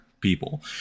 people